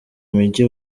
mujyi